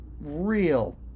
real